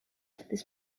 this